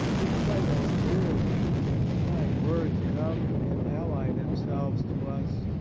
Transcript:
we fight on wearily kind words come and ally themselves to us,